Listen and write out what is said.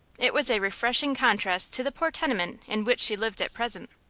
it was a refreshing contrast to the poor tenement in which she lived at present.